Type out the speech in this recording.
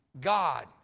God